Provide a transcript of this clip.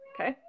okay